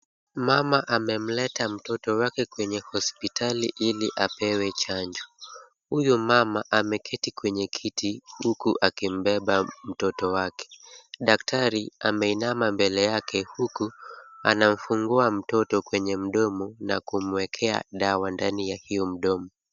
Mama amemleta mtoto wake kwenye hosipitali ili apewe chanjo. Huyo mama ameketi kwenye kiti huku akimbeba mtoto wake. Daktari ameinama mbele yake huku anamfungua mtoto kwenye mdomo na kumwekea dawa ndani ya hiyo mdomo.